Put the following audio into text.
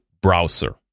browser